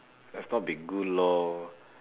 let's not be good lor